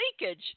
leakage